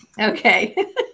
Okay